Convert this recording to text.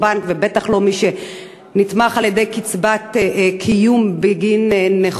ובטח לא מי שנתמך על-ידי קצבת קיום בגין נכות.